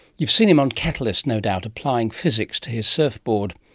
you've seen him on catalyst no doubt, applying physics to his surf board.